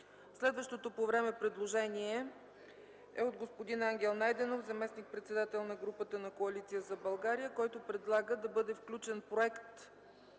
Следващото по време предложение е от господин Ангел Найденов, заместник-председател на групата на Коалиция за България, който предлага да бъде включен Проект